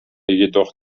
jedoch